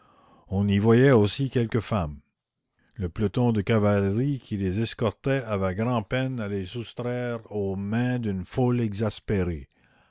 on y voyait aussi quelques femmes le peloton de cavalerie qui les escortait avait grand'peine à les soustraire aux mains d'une foule exaspérée